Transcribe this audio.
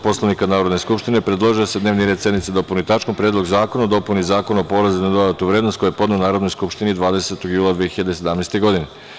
Poslovnika Narodne skupštine, predložio je da se dnevni red sednice dopuni tačkom – Predlog zakona o dopuni Zakona o porezu na dodatu vrednost, koji je podneo Narodnoj skupštini 20. jula 2017. godine.